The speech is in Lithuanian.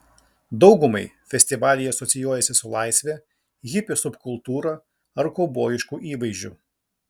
daugumai festivaliai asocijuojasi su laisve hipių subkultūra ar kaubojišku įvaizdžiu